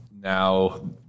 now